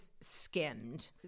skimmed